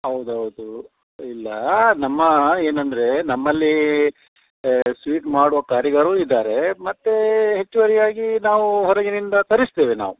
ಹೌದೌದು ಇಲ್ಲ ನಮ್ಮ ಏನೆಂದ್ರೆ ನಮ್ಮಲ್ಲಿ ಮತ್ತೆ ಸ್ವೀಟ್ ಮಾಡೋ ಕಾರಿಗಾರು ಇದ್ದಾರೆ ಮತ್ತೆ ಹೆಚ್ಚುವರಿಯಾಗಿ ನಾವು ಹೊರಗಿನಿಂದ ತರಿಸ್ತೇವೆ ನಾವು